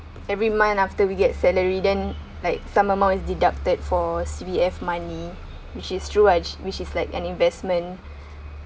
every month after we get salary then like some amount is deducted for C_P_F money which is through what which is like an investment